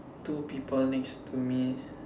two people next to me